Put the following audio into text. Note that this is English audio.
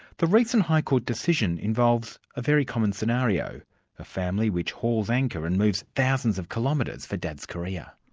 the recent high court decision involves a very common scenario a family which hauls anchor and moves thousands of kilometres for dad's career.